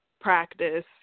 practice